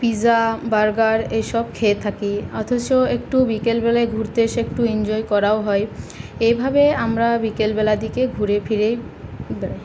pizza burger এইসব খেয়ে থাকি অথচ একটু বিকেলবেলায় ঘুরতে এসে একটু এনজয় করাও হয় এইভাবে আমরা বিকেলবেলার দিকে ঘুরে ফিরে বেড়াই